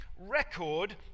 record